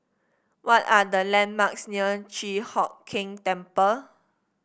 what are the landmarks near Chi Hock Keng Temple